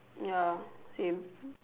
ya same